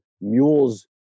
Mule's